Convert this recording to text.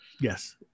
Yes